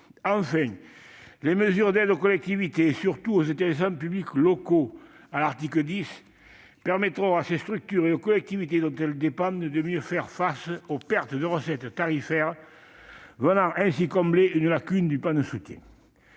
Enfin, les mesures d'aide aux collectivités et surtout aux établissements publics locaux, prévues à l'article 10 du texte, permettront à ces structures et aux collectivités dont elles dépendent de mieux faire face aux pertes de recettes tarifaires, ce qui permettra de combler une lacune du plan de soutien.